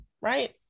Right